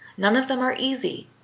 none of them are easy,